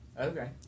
Okay